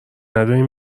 ندارین